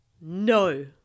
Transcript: No